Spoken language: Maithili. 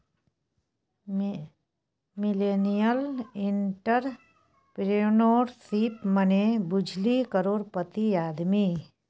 मिलेनियल एंटरप्रेन्योरशिप मने बुझली करोड़पति आदमी